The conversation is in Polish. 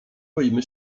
boimy